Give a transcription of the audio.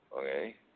Okay